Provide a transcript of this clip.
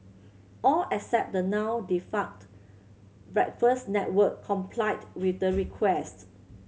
all except the now defunct Breakfast Network complied with the request